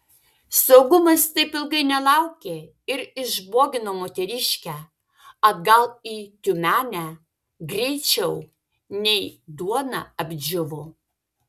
saugumas taip ilgai nelaukė ir išbogino moteriškę atgal į tiumenę greičiau nei duona apdžiūvo